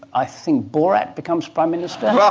i think borat becomes prime minister. ah